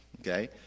Okay